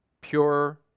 pure